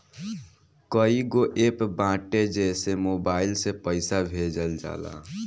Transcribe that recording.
कईगो एप्प बाटे जेसे मोबाईल से पईसा भेजल जाला